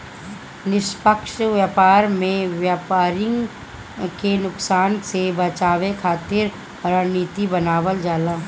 निष्पक्ष व्यापार में व्यापरिन के नुकसान से बचावे खातिर रणनीति बनावल जाला